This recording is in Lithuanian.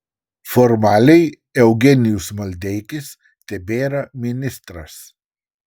formaliai eugenijus maldeikis tebėra ministras